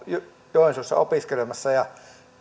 joensuussa opiskelemassa ja